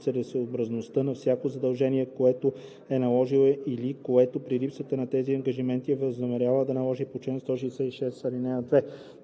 целесъобразността на всяко задължение, което е наложила или което при липсата на тези ангажименти е възнамерявала да наложи съгласно чл. 166, ал. 2.